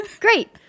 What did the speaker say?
Great